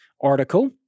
article